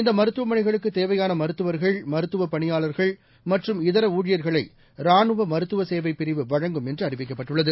இந்தமருத்துவமனைகளுக்குதேவையானமருத்துவர்கள் மருத்துவப் பணியாளர்கள் மற்றும் இதரணழியர்களைரானுவமருத்துவசேவைப் பிரிவு வழங்கும் என்றுஅறிவிக்கப்பட்டுள்ளது